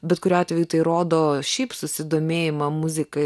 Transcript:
bet kuriuo atveju tai rodo šiaip susidomėjimą muzika